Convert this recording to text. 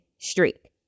streak